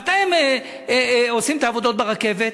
מתי הם עושים את העבודות ברכבת?